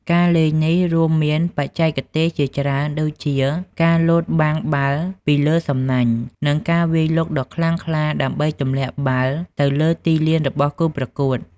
ការលេងនេះរួមមានបច្ចេកទេសជាច្រើនដូចជាការលោតបាំងបាល់ពីលើសំណាញ់ និងការវាយលុកដ៏ខ្លាំងក្លាដើម្បីទម្លាក់បាល់ទៅលើទីលានរបស់គូប្រកួត។